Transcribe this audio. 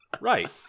Right